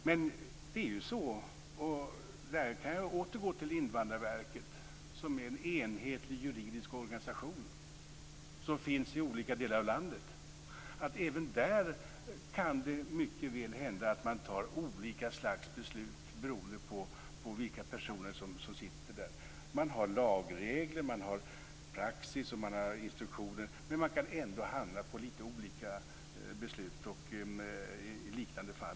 Men där kan jag åter gå till Invandrarverket, som är en enhetlig juridisk organisation som finns i olika delar av landet. Även där kan det mycket väl hända att man tar olika slags beslut beroende på vilka personer som sitter där. Man har lagregler, praxis och instruktioner. Men man kan ändå hamna på lite olika beslut i liknande fall.